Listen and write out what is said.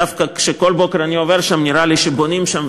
דווקא כשכל בוקר אני עובר שם נראה לי שבונים שם,